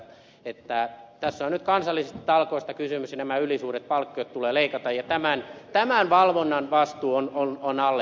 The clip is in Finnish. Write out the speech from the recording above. tässä on nyt kansallisista talkoista kysymys ja nämä ylisuuret palkkiot tulee leikata ja tämän valvonnan vastuu on allekirjoittaneella